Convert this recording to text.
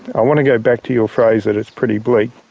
i want to go back to your phrase that it's pretty bleak.